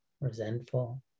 resentful